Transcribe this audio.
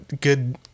good